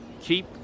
keep